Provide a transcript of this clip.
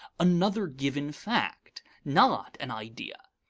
another given fact, not an idea.